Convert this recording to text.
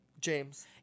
James